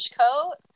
coat